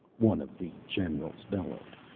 one of the generals bellowed.